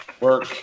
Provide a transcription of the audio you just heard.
work